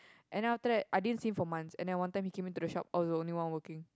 and then after that I didn't see him for months and then one time he came into the shop I was the only one working